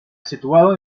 situado